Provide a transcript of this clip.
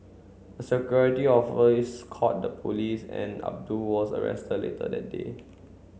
a security called the police and Abdul was arrested later that day